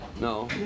No